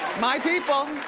my people!